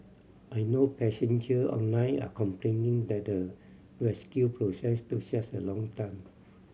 I know passenger online are complaining that the rescue process took such a long time